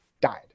died